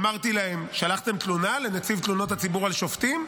אמרתי להם: שלחתם תלונה לנציב תלונות הציבור על שופטים?